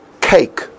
cake